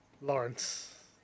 Lawrence